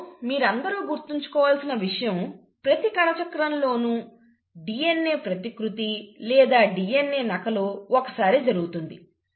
ఇప్పుడు మీరందరూ గుర్తుంచుకోవలసిన విషయం ప్రతి కణచక్రం లోనూ DNA ప్రతికృతి లేదా DNA నకలు ఒక్కసారే జరుగుతుంది